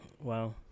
Wow